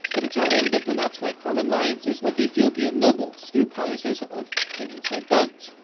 that italian diplomats might form alliances with ethiopian nobles through promises of things like guns.